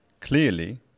Clearly